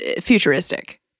futuristic